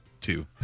two